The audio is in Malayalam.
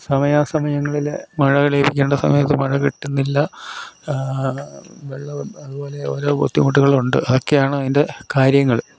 സമയാ സമയങ്ങളിൽ മഴ ലഭിക്കേണ്ട സമയത്ത് മഴ കിട്ടുന്നില്ല വെള്ളവും അതുപോലെ ഓരോ ബുദ്ധിമുട്ടുകൾ ഉണ്ട് അതക്കെയാണ് അതിൻ്റെ കാര്യങ്ങൾ